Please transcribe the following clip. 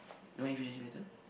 you want eat fish and chip later